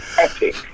epic